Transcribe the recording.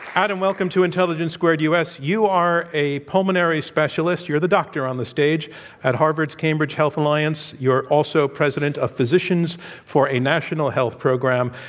adam, welcome to intelligence squared u. s. you are a pulmonary specialist you're the doctor on the stage at harvard's cambridge health alliance. you're also president of physicians for a national health program.